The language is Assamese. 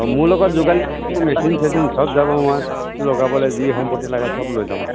অঁ মোৰ লগত যোগালি মেচিন চেচিন চব যাব মই টাইলছ লগাবলৈ যি সম্পত্তি লাগে চব লৈ যাম আৰু